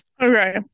Okay